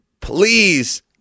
Please